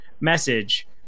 message